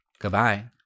goodbye